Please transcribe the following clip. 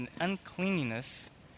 uncleanliness